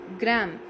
gram